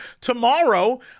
tomorrow